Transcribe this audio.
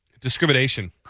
discrimination